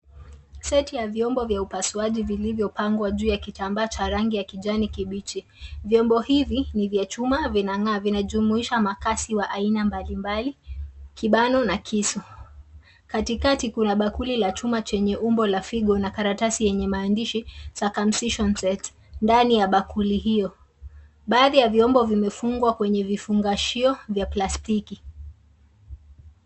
Seti ya vyombo vya upasuaji vilivyopangwa juu ya kitambaa cha rangi ya kijani kibichi. Vyombo hivi ni vya chuma vinang'aa vinajumuisha makasi wa aina mbalimbali kibano na kisu. Katikati kuna bakuli la chuma chenye umbo la figo una karatasi yenye maandishi circumcision set ndani ya bakuli hiyo. Baadhi ya vyombo vimefungwa kwenye vifungashio vya plastiki.